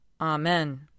Amen